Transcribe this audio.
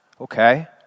Okay